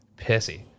pissy